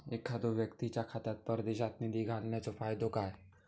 एखादो व्यक्तीच्या खात्यात परदेशात निधी घालन्याचो फायदो काय?